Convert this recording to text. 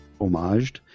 homaged